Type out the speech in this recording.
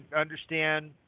understand